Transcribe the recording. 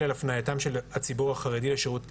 על הפליתם של הציבור החרדי בשירות האזרחי,